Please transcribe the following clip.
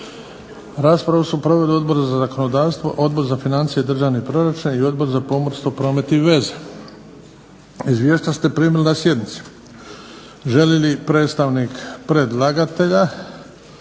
Raspravu su proveli Odbor za zakonodavstvo, Odbor za financije i državni proračun i Odbor za pomorstvo, promet i veze. Izvješća ste primili na sjednici. Želi li predstavnik predlagatelja